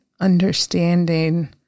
understanding